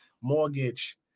mortgage